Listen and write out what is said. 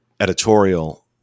editorial